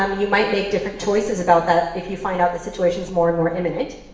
um you might make different choices about that if you find out the situation's more and more imminent.